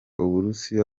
uburusiya